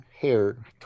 hair